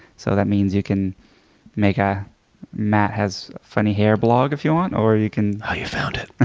so that means you can make a matt has funny hair blog if you want, or you can oh, you found it.